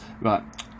Right